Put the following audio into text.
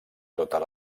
totes